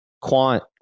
quant